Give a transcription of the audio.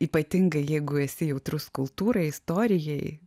ypatingai jeigu esi jautrus kultūrai istorijai